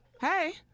Hey